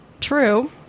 true